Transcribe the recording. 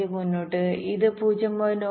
15 മുന്നോട്ട് ഇത് 0